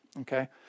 okay